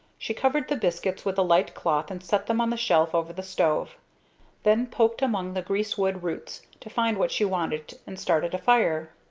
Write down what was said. she covered the biscuits with a light cloth and set them on the shelf over the stove then poked among the greasewood roots to find what she wanted and started a fire.